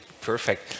Perfect